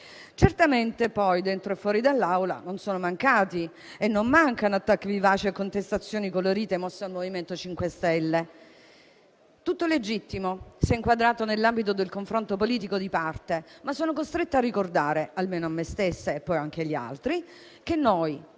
Certamente, poi, dentro e fuori dall'Aula non sono mancati e non mancano attacchi vivaci e contestazioni colorite mossi al MoVimento 5 Stelle. Tutto è legittimo, se inquadrato nell'ambito del confronto politico di parte. Tuttavia, sono costretta a ricordare almeno a me stessa - e poi anche agli altri - che noi